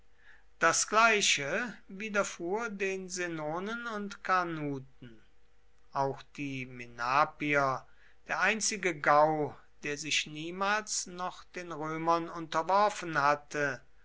das gleiche widerfuhr den senonen und carnuten auch die menapier der einzige gau der sich niemals noch den römern unterworfen hatte